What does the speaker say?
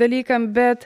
dalykam bet